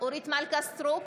אורית מלכה סטרוק,